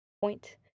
point